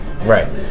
Right